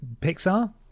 Pixar